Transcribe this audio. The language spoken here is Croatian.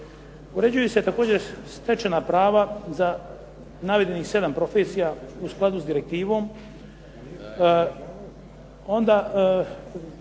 Uređuju se također stečena prava za navedenih sedam profesija u skladu s direktivom.